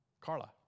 Carla